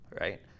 right